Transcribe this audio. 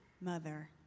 mother